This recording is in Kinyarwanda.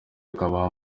ukabaha